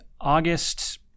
August